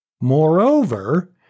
Moreover